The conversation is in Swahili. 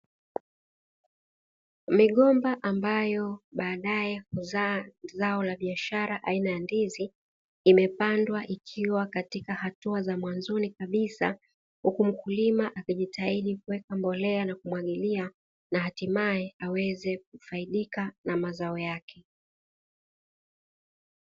Migomba ambayo baadae huzaa zao la biashara aina ya ndizi imepandwa ikiwa katika hatua za mwanzoni kabisa, huku mkulima akijitahidi kuweka mbolea na kumwagilia na hatimaye aweze kufaidika na mazao yake.